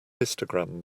histogram